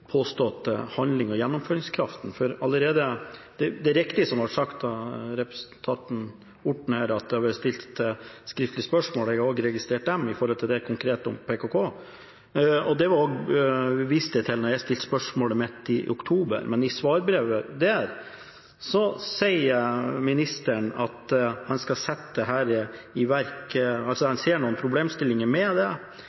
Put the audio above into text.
og gjennomføringskraft. Det er riktig som det ble sagt av representanten Orten, at det har blitt stilt skriftlige spørsmål. Jeg har også registrert dem når det gjelder konkret om PKK. Det viste jeg også til da jeg stilte spørsmålet mitt i oktober. Men i svarbrevet sier ministeren at han ser noen problemstillinger ved det som han må få sjekket ut, det er anledning til å gjøre noen endringer, men han skal sette dette til utredning. Det